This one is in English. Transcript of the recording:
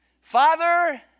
Father